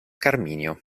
carminio